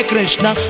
Krishna